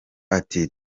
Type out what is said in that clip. ati